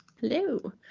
Hello